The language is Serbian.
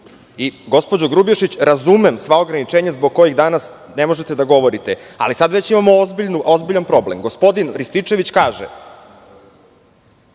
dugom. Gospođo Grubješić, razumem sva ograničenja zbog kojih danas ne možete da govorite, ali sada već imamo ozbiljan problem. Gospodin Rističević kaže